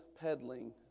peddling